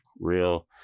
real